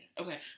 Okay